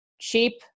cheap